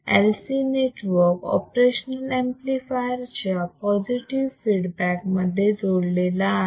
LC network operational amplifier च्या positive feedback मध्ये जोडलेला आहे